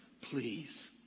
Please